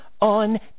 On